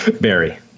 barry